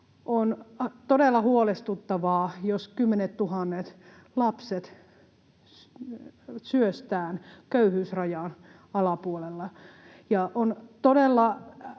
On todella huolestuttavaa, jos kymmenettuhannet lapset syöstään köyhyysrajan alapuolelle. Ja on todella